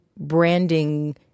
Branding